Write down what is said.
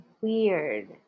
weird